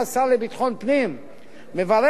על כך שהרפורמה הזאת לא יוצאת טלאים-טלאים,